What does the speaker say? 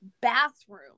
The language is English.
bathroom